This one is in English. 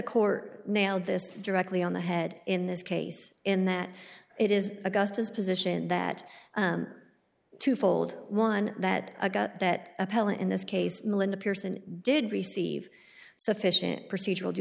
court nailed this directly on the head in this case in that it is augusta's position that two fold one that i got that appellant in this case melinda pierson did receive sufficient procedural due